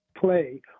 play